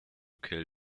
kill